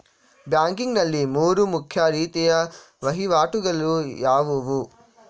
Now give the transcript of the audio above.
Banking ನಲ್ಲಿ ಮೂರು ಮುಖ್ಯ ರೀತಿಯ ವಹಿವಾಟುಗಳು ಯಾವುವು?